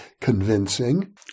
convincing